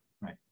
Right